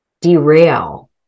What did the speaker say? derail